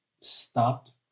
stopped